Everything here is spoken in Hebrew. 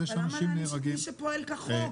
למה להעניש מי שפועל כחוק?